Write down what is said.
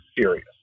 serious